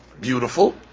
beautiful